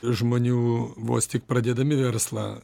žmonių vos tik pradėdami verslą